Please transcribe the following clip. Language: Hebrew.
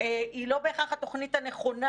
היא לא בהכרח התוכנית הנכונה.